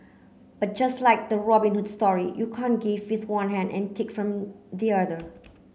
but just like the Robin Hood story you can't give with one hand and take from the other